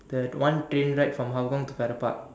that one train ride from Hougang to Farrer park